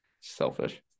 selfish